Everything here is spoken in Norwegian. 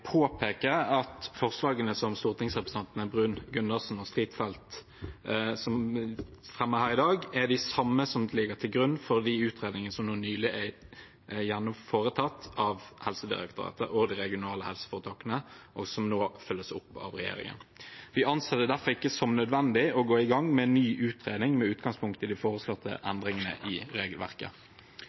at forslagene som stortingsrepresentantene Bruun-Gundersen og Strifeldt fremmer her i dag, er de samme som ligger til grunn for de utredningene som nylig er foretatt av Helsedirektoratet og de regionale helseforetakene, og som nå følges opp av regjeringen. Vi anser det derfor ikke som nødvendig å gå i gang med en ny utredning med utgangspunkt i de foreslåtte endringene i regelverket.